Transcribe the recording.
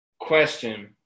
question